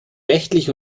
rechtlich